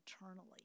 eternally